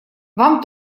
вам